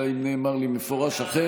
אלא אם כן נאמר לי במפורש אחרת.